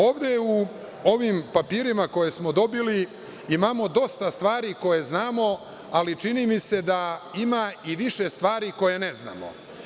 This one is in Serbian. Ovde u ovim papirima koje smo dobili imamo dosta stvari koje znamo, ali čini mi se da ima i više stvari koje ne znamo.